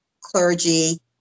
clergy